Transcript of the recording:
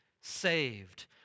saved